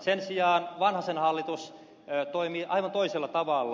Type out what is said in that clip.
sen sijaan vanhasen hallitus toimii aivan toisella tavalla